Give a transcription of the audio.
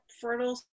fertile